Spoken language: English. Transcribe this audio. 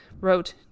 wrote